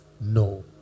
No